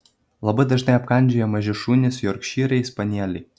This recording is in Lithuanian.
labai dažnai apkandžioja maži šunys jorkšyrai spanieliai